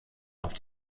auf